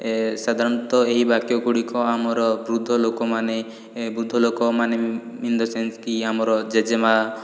ସାଧାରଣତଃ ଏହି ବାକ୍ୟଗୁଡ଼ିକ ଆମର ବୃଦ୍ଧ ଲୋକମାନେ ବୃଦ୍ଧ ଲୋକମାନେ ଇନ୍ ଦ ସେନସ୍ କି ଆମର ଜେଜେମା